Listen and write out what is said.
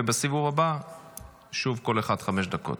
ובסיבוב הבא שוב כל אחד חמש דקות.